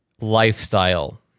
lifestyle